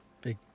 big